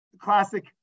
classic